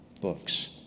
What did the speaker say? books